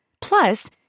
Plus